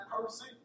person